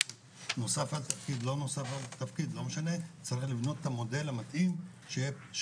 נוסף על התפקיד או לא נוסף על התפקיד צריך לבנות את המודל המתאים שיהיה